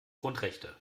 grundrechte